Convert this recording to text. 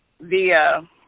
via –